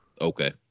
Okay